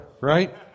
right